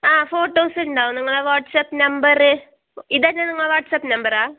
ആ ഫോട്ടോസുണ്ടാവും നിങ്ങളെ വാട്ട്സ്പ്പ് നമ്പറ് ഇതന്നെ നിങ്ങളെ വാട്ട്സ്പ്പ് നമ്പറാ